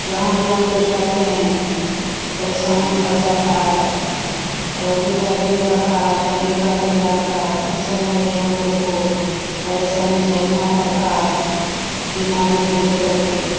जहाँ भी हमलोग जाते हैं परेशानी बढ़ जाती है रौदी का दिन रहता है ठण्डी का दिन रहता है उस समय भी हमलोग को परेशानी झेलनी पड़ती है बीमारी को लेकर के